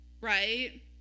right